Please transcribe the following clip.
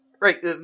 Right